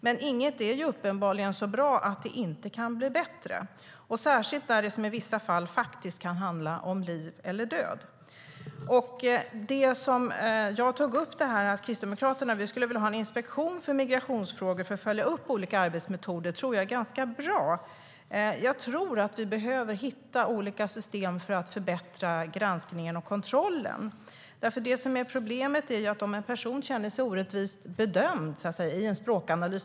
Men inget är uppenbarligen så bra att det inte kan bli bättre, särskilt när det handlar om liv eller död, som det kan göra i vissa fall. Jag tog upp att Kristdemokraterna skulle vilja ha en inspektion för migrationsfrågor för att följa upp olika arbetsmetoder. Det tror jag är bra. Jag tror att vi behöver hitta olika system för att förbättra granskningen och kontrollen. Problemet är när en person känner sig orättvist bedömd i en språkanalys.